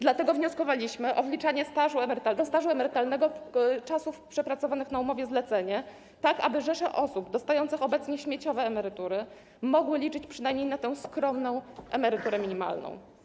Dlatego wnioskowaliśmy o wliczanie do stażu emerytalnego czasów przepracowanych na umowie zlecenia, tak aby rzesza osób dostających obecnie śmieciowe emerytury mogła liczyć przynajmniej na tę skromną emeryturę minimalną.